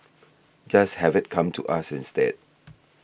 just have it come to us instead